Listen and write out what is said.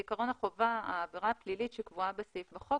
בעיקרון העבירה הפלילית שקבועה בסעיף בחוק,